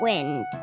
Wind